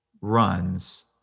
runs